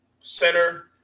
center